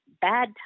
bad